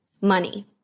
Money